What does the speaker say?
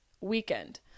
weekend